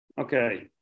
okay